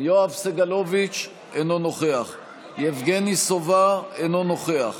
יואב סגלוביץ' אינו נוכח יבגני סובה, אינו נוכח